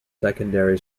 secondary